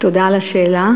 תודה על השאלה.